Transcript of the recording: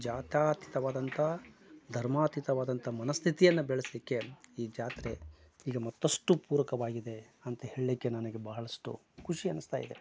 ಜಾತ್ಯಾತಿತವಾದಂಥ ಧರ್ಮಾತಿತವಾದಂಥ ಮನಸ್ಥಿತಿಯನ್ನ ಬೆಳೆಸಲಿಕ್ಕೆ ಈ ಜಾತ್ರೆ ಈಗ ಮತ್ತಷ್ಟು ಪೂರಕವಾಗಿದೆ ಅಂತ ಹೇಳಲಿಕ್ಕೆ ನನಗೆ ಬಹಳಷ್ಟು ಖುಷಿ ಅನಿಸ್ತಾಯಿದೆ